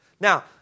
Now